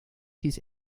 his